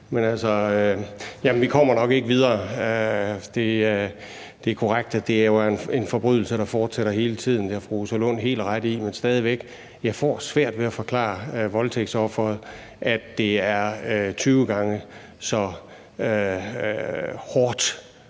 vi kommer nok ikke videre. Det er jo korrekt, at det er en forbrydelse, der fortsætter hele tiden. Det har fru Rosa Lund helt ret i, men stadig væk får jeg svært ved at forklare voldtægtsofferet, at det er 20 gange så hårdt